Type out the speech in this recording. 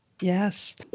Yes